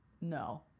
No